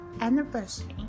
anniversary